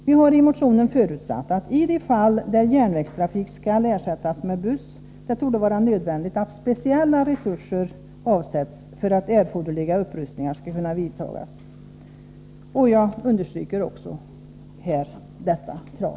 Vi har i motionen förutsatt att det i de fall där järnvägstrafik skall ersättas med buss torde vara nödvändigt att speciella resurser avsätts för att erforderliga upprustningar skall kunna vidtas. Jag understryker också här detta krav.